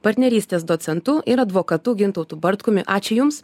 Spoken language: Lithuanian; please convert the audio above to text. partnerystės docentu ir advokatu gintautu bartkumi ačiū jums